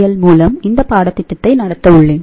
L மூலம் இந்த பாடத்திட்டத்தை நடத்த உள்ளேன்